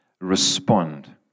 respond